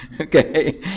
Okay